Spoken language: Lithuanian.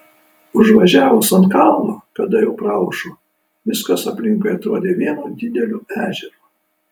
užvažiavus ant kalno kada jau praaušo viskas aplinkui atrodė vienu dideliu ežeru